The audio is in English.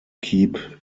keep